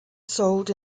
sold